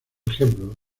ejemplo